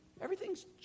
everything's